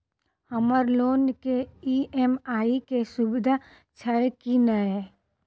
हम्मर लोन केँ ई.एम.आई केँ सुविधा छैय की नै?